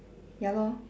ya lor